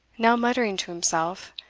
now muttering to himself,